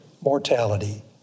mortality